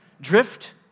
drift